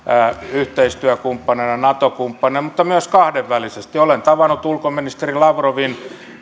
yhteistyökumppanina ja naton kumppanina että myös kahdenvälisesti olen tavannut ulkoministeri lavrovin